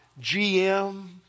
GM